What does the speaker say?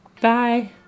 Bye